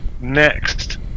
next